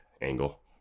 angle